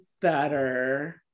better